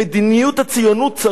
צריך להוציא להורג?